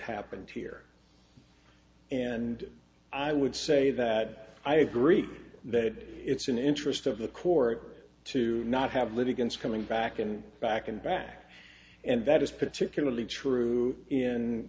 happened here and i would say that i agree that it's an interest of the court to not have litigants coming back and back and back and that is particularly true in